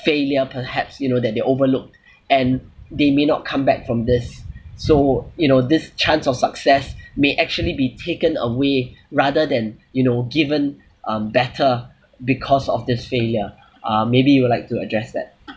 failure perhaps you know that they overlooked and they may not come back from this so you know this chance of success may actually be taken away rather than you know given um better because of this failure uh maybe you would like to address that